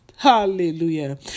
Hallelujah